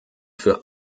für